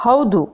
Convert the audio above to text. ಹೌದು